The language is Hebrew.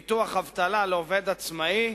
(ביטוח אבטלה לעובד עצמאי),